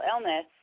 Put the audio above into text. illness